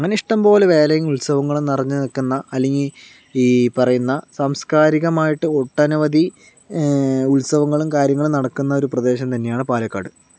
അങ്ങനെ ഇഷ്ടംപോലെ വേലയും ഉത്സവങ്ങളും നിറഞ്ഞ് നിൽക്കുന്ന അല്ലെങ്കിൽ ഈ പറയുന്ന സാംസ്കാരികമായിട്ട് ഒട്ടനവധി ഉത്സവങ്ങളും കാര്യങ്ങളും നടക്കുന്ന ഒരു പ്രദേശം തന്നെയാണ് പാലക്കാട്